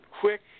quick